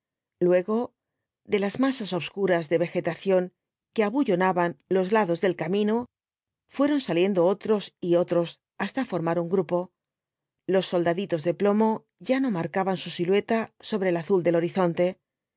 luego de las masas obscuras de vegetación que abuuonaban los lados del camino fueron saliendo otros y otros hasta formar un grupo los soldaditos de plomo ya no marcaban su silueta sobre el azul del horizonte